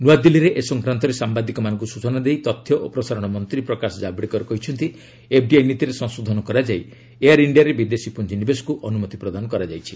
ନୂଆଦିଲ୍ଲୀରେ ଏ ସଂକ୍ରାନ୍ତରେ ସାମ୍ବାଦିକମାନଙ୍କୁ ସୂଚନା ଦେଇ ତଥ୍ୟ ଓ ପ୍ରସାରଣ ମନ୍ତ୍ରୀ ପ୍ରକାଶ ଜାବଡେକର କହିଛନ୍ତି ଏଫ୍ଡିଆଇ ନୀତିରେ ସଂଶୋଧନ କରାଯାଇ ଏୟାର୍ ଇଣ୍ଡିଆରେ ବିଦେଶୀ ପୁଞ୍ଜିନିବେଶକୁ ଅନୁମତି ପ୍ରଦାନ କରାଯାଇଛି